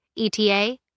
ETA